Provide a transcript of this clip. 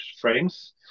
frames